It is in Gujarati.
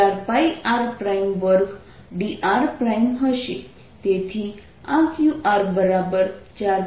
તેથીqr0R0e αr4πr2dr હશે